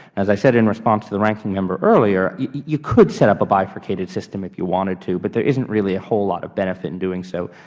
as i said in response to the ranking member earlier, you could set up a bifurcated system if you wanted to, but there isn't really a whole lot of benefit in doing so,